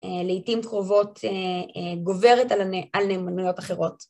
לעתים קרובות גוברת על נאמנויות אחרות.